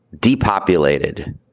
depopulated